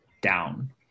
down